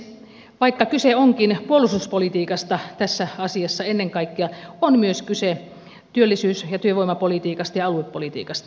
vaikka kyse onkin puolustuspolitiikasta tässä asiassa ennen kaikkea on myös kyse työllisyys ja työvoimapolitiikasta ja aluepolitiikasta